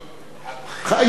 היא קבעה,